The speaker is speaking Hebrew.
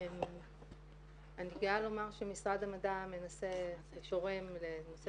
אני גאה לומר שמשרד המדע מנסה ותורם לנושא